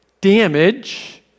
damage